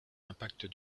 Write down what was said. impact